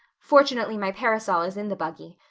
fortunately my parasol is in the buggy.